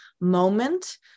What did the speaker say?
moment